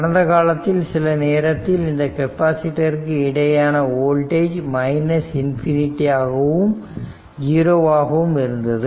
கடந்த காலத்தில் சில நேரத்தில் இந்த கெப்பாசிட்டிருக்கு இடையேயான வோல்டேஜ் ∞ ஆகவும் 0 ஆகவும் இருந்தது